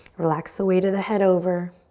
relax the weight of the head over.